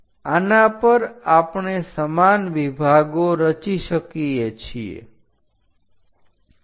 આના પર આપણે સમાન વિભાગો રચી શકીએ છીએ